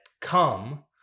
come